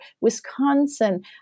Wisconsin